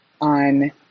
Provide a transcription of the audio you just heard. on